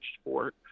sport